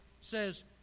says